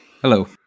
Hello